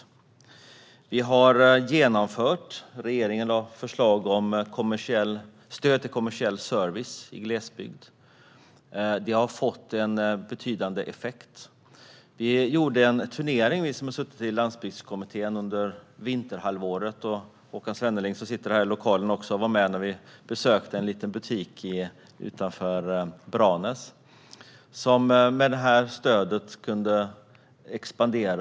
Regeringen har lagt fram och genomfört förslag om stöd till kommersiell service i glesbygd. Det har fått betydande effekt. Vi som har suttit i Parlamentariska landsbygdskommittén gjorde en turné under vinterhalvåret. Håkan Svenneling, som också är här i dag, var med när vi besökte en liten butik utanför Branäs. Med hjälp av stödet hade butiken kunnat expandera.